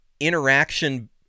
Interaction